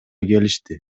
келишти